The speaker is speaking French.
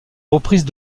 reprises